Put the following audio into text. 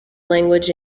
language